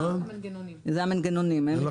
זה המנגנונים, אין לי את האחוז.